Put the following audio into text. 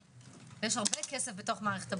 יש הרבה כסף במערכת הבריאות.